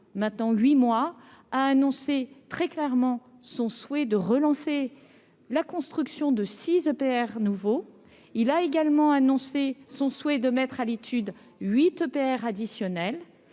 maintenant 8 mois, a annoncé très clairement son souhait de relancer la construction de 6 EPR nouveau, il a également annoncé son souhait de mettre à l'étude 8 EPR additionnel,